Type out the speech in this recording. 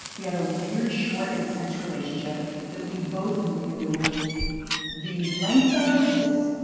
we had a weird, short, intense relationship that we both knew the length of this,